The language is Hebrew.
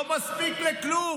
לא מספיק לכלום.